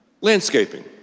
Landscaping